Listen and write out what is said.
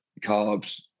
carbs